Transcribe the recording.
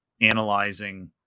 analyzing